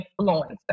influencer